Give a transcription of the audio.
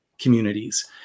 communities